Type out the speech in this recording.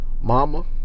mama